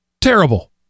terrible